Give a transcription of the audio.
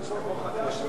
העברת סמכויות